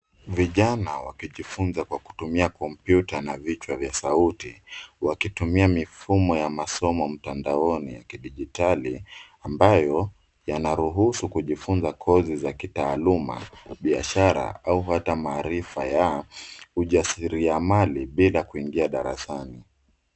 Vijana wakijifunza kwa kutumia kompyuta na vichwa vya sauti, wakitumia mifumo ya masomo mtandaoni ya kidijitali, ambayo yanaruhusu kujifunza kosi za kitaaluma, biashara, au hata maarifa ya ujasiri amali, bila kuingia darasani.